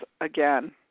again